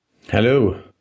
Hello